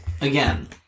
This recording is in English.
again